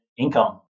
income